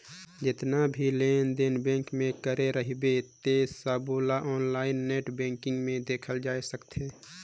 जेतना भी लेन देन बेंक मे करे रहबे ते सबोला आनलाईन नेट बेंकिग मे देखल जाए सकथे